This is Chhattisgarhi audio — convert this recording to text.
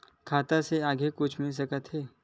खाता से आगे कुछु मिल सकथे?